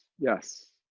Yes